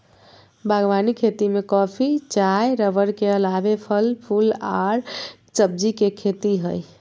बागवानी खेती में कॉफी, चाय रबड़ के अलावे फल, फूल आर सब्जी के खेती हई